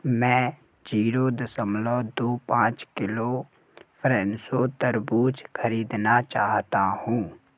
मैं जीरो दशमलव दो पाँच किलो फ्रेसो तरबूज खरीदना चाहता हूँ